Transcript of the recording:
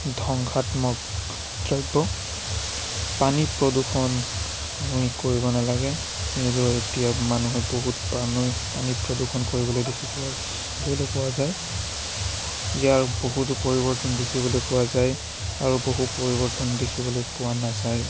ধ্বংসাত্মক দ্ৰব্য পানী প্ৰদূষণ আমি কৰিব নালাগে আৰু এতিয়া মানুহে বহুত পানী প্ৰদূষণ কৰা দেখিবলৈ পোৱা যায় ইয়াৰ বহুতো পৰিৱৰ্তন দেখিবলৈ পোৱা যায় আৰু বহু পৰিৱৰ্তন দেখিবলৈ পোৱা নাযায়ো